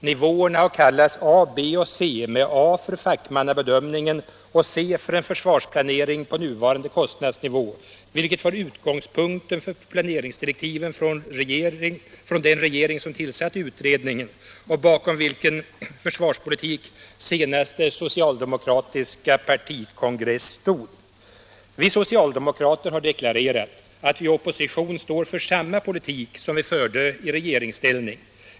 Nivåerna har kallats A, B och C, med A för fackmannabedömningen och C för en försvarsplanering på nuvarande kostnadsnivå, vilket var utgångspunkten för planeringsdirektiven från den regering som tillsatte utredningen och bakom vilkens försvarspolitik senaste socialdemokratiska partikongress stod. Vi socialdemokrater har deklarerat att vi i opposition står för samma politik som vi förde i regeringsställning.